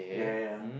ya ya ya